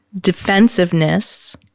defensiveness